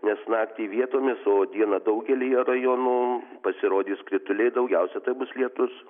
nes naktį vietomis o dieną daugelyje rajonų pasirodys krituliai daugiausia tai bus lietus